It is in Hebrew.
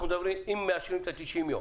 השאלה היא אם מאשרים את ה-90 יום,